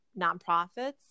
nonprofits